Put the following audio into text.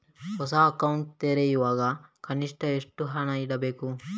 ಹೊಸ ಅಕೌಂಟ್ ತೆರೆಯುವಾಗ ಕನಿಷ್ಠ ಎಷ್ಟು ಹಣ ಇಡಬೇಕು?